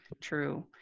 true